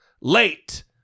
late